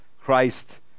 Christ